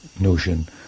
notion